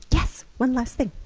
yes! one last thing.